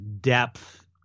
depth